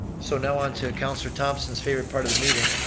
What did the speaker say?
so now on to councilor thomson's favorite part of the meeting,